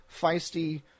feisty